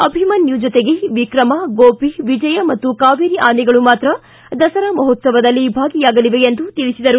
ಅಭಿಮನ್ಯು ಜೊತೆಗೆ ವಿಕ್ರಮ ಗೋಪಿ ವಿಜಯ ಮತ್ತು ಕಾವೇರಿ ಆನೆಗಳು ಮಾತ್ರ ದಸರಾ ಮಹೋತ್ಸವದಲ್ಲಿ ಭಾಗಿಯಾಗಲಿವೆ ಎಂದು ತಿಳಿಸಿದರು